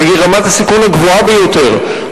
שהיא רמת הסיכון הגבוהה ביותר,